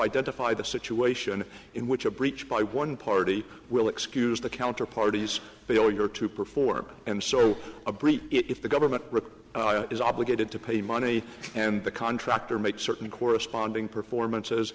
identify the situation in which a breach by one party will excuse the counter parties failure to perform and so a breach if the government rick is obligated to pay money and the contractor makes certain corresponding performances